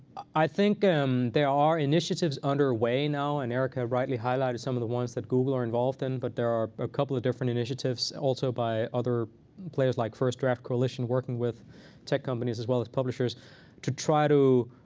i think um there are initiatives underway now. and erica rightly highlighted some of the ones that google are involved in. but there are a couple of different initiatives also by other players, like first draft coalition working with tech companies as well as publishers to try to